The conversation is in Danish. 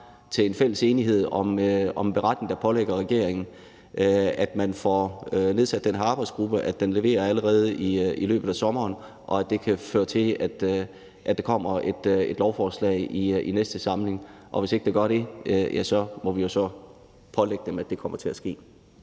til en enighed om en beretning, der pålægger regeringen at få nedsat den arbejdsgruppe, og at den leverer allerede i løbet af sommeren, og at det kan føre til, at der kommer et lovforslag i næste samling. Hvis der ikke gør det, må vi så pålægge regeringen, at det kommer til at ske.